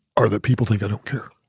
are that people think i don't care.